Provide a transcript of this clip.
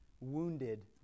wounded